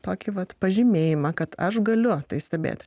tokį vat pažymėjimą kad aš galiu tai stebėti